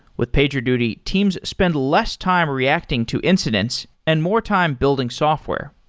with pagerduty, teams spend less time reacting to incidents and more time building software.